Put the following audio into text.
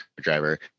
driver